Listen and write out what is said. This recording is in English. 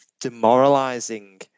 demoralizing